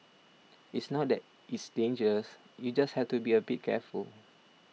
it's not that it's dangerous you just have to be a bit careful